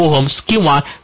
ohms किंवा 0